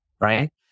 right